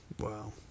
Wow